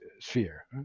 sphere